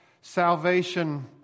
salvation